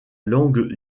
langue